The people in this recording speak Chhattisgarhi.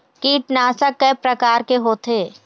कीटनाशक कय प्रकार के होथे?